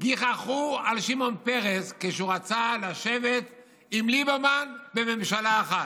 גיחכו על שמעון פרס כשהוא רצה לשבת עם ליברמן בממשלה אחת,